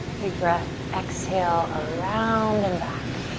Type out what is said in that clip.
big breath. exhale, around and back.